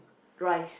rice